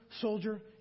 soldier